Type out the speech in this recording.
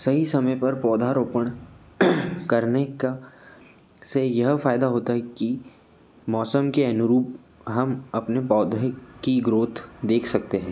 सही समय पर पौधा रोपण करने का से यह फ़ायदा होता है कि मौसम के अनुरूप हम अपने पौधों की ग्रोथ देख सकते हैं